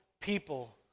people